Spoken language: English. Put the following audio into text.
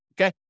okay